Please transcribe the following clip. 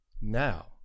now